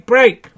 Break